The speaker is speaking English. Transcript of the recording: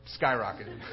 skyrocketed